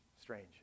strange